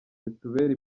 bitubere